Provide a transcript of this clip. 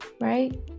right